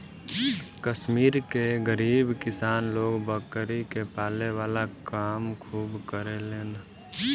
कश्मीर के गरीब किसान लोग बकरी के पाले वाला काम खूब करेलेन